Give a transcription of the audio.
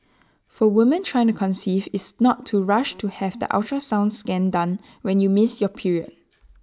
for women trying to conceive is not to rush to have the ultrasound scan done when you miss your period